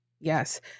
yes